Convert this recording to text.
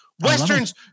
Westerns